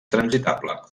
transitable